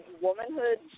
womanhood